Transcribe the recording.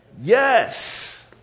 yes